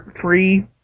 three